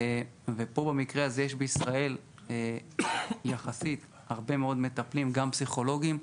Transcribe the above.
במקרה הזה יש בישראל יחסית הרבה מאוד מטפלים גם פסיכולוגים,